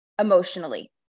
emotionally